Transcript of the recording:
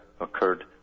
occurred